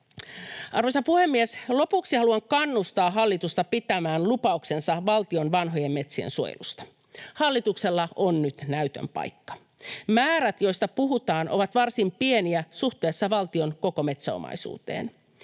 Arvoisa puhemies! Lopuksi haluan kannustaa hallitusta pitämään lupauksensa valtion vanhojen metsien suojelusta. Hallituksella on nyt näytön paikka. Määrät, joista puhutaan, ovat varsin pieniä suhteessa valtion koko metsäomaisuuteen.